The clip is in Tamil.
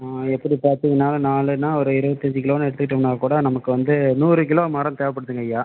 ஆ எப்படி பார்த்தீங்கனாலும் நாலுனா ஒரு இருபத்தஞ்சி கிலோனு எடுத்துக்கிட்டோம்னா கூட நமக்கு வந்து நூறு கிலோ மரம் தேவைப்படுதுங்கய்யா